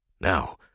Now